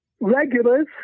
regulars